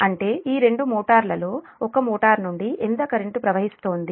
అంటే ఈ రెండు మోటార్లలో ఒక్క మోటార్ నుండి ఎంత కరెంటు ప్రవహిస్తోంది